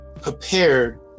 prepared